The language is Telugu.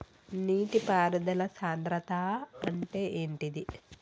నీటి పారుదల సంద్రతా అంటే ఏంటిది?